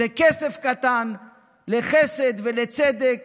זה כסף קטן לחסד, לצדק